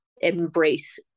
embrace